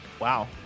wow